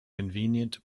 convenient